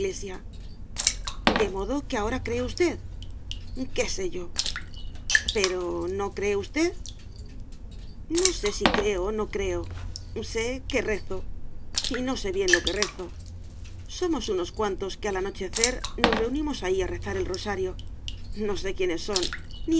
de modo es que ahora cree usted qué sé yo pero no cree usted no sé si creo o no creo sé que rezo y no sé bien lo que rezo somos unos cuantos que al anochecer nos reunimos ahí a rezar el rosario no sé quiénes son